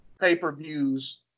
pay-per-views